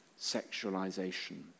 sexualization